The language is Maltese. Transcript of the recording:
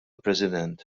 president